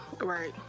Right